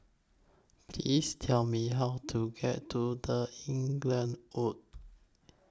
Please Tell Me How to get to The Inglewood